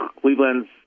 Cleveland's